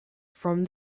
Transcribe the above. from